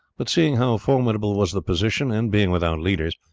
but seeing how formidable was the position, and being without leaders,